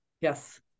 yes